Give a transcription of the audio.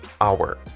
hour